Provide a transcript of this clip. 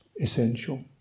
essential